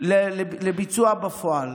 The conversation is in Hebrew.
לביצוע בפועל.